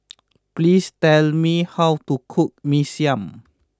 please tell me how to cook Mee Siam